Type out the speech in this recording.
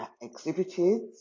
exhibited